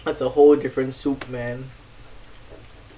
that's a whole different soup man